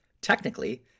technically